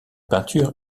peintures